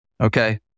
okay